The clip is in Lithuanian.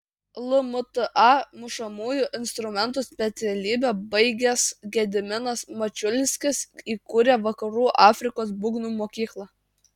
lmta mušamųjų instrumentų specialybę baigęs gediminas mačiulskis įkūrė vakarų afrikos būgnų mokyklą